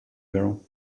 girl